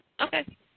Okay